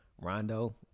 rondo